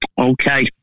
Okay